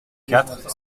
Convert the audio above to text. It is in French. quatre